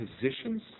positions